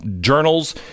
journals